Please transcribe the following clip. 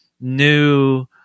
new